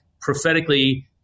prophetically